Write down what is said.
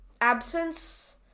absence